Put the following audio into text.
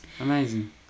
Amazing